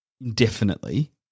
indefinitely